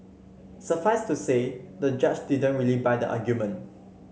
suffice to say the judge didn't really buy the argument